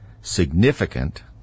significant